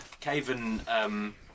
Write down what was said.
Caven